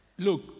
Look